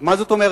מה זה אי-אפשר?